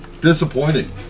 Disappointing